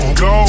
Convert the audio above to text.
go